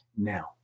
now